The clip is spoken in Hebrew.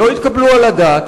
הם לא יתקבלו על הדעת,